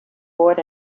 bored